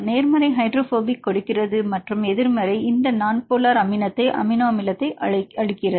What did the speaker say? நேர்மறை ஹைட்ரோபோபிக் கொடுக்கிறது மற்றும் எதிர்மறை இந்த நான் போலார் அமினோ அமிலத்தை அளிக்கிறது